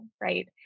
right